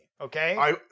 Okay